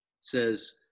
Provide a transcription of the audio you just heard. says